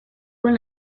con